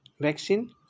vaccine